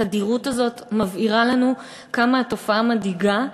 התדירות הזאת מבהירה לנו כמה התופעה מדאיגה.